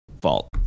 fault